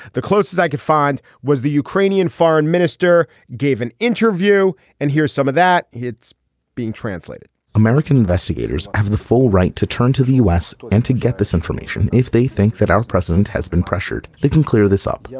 the closest i could find was the ukrainian foreign minister gave an interview and here's some of that it's being translated american investigators have the full right to turn to the us and to get this information. if they think that our president has been pressured they can clear this up. yeah